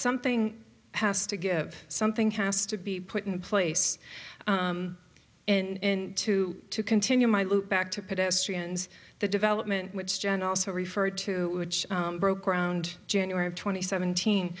something has to give something has to be put in place in two to continue my loop back to pedestrians the development which john also referred to which broke around january twenty seventeen